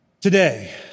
Today